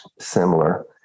similar